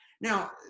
Now